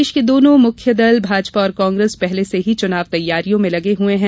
प्रदेश के दोनों मुख्य दल भाजपा और कांग्रेस पहले से ही चुनाव तैयारियों में लगे हुए हैं